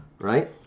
Right